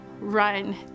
run